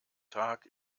tag